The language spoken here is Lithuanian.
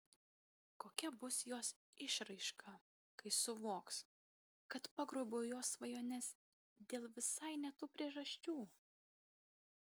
kokia bus jos išraiška kai suvoks kad pagrobiau jos svajones dėl visai ne tų priežasčių